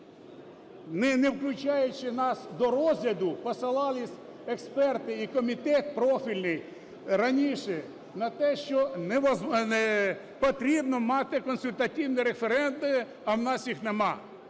не включаючи нас до розгляду, посилались експерти і комітет профільний раніше на те, що не потрібно мати консультативні референдуми. А в нас їх нема,